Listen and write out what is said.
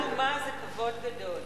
חולצה אדומה זה כבוד גדול.